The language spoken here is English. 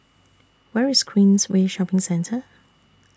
Where IS Queensway Shopping Centre